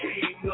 King